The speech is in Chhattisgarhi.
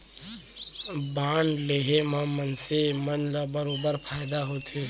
बांड लेहे म मनसे मन ल बरोबर फायदा होथे